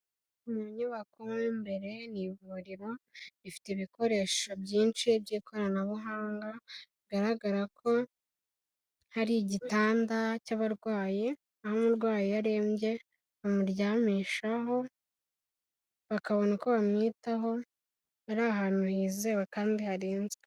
Mu nyubako mo imbere mu ivuriro rifite ibikoresho byinshi by'ikoranabuhanga, bigaragara ko hari igitanda cy'abarwayi, aho umurwayi iyo arembye bamuryamishaho, bakabona uko bamwitaho, ari ahantu hizewe kandi harinzwe.